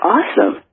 Awesome